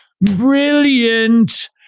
Brilliant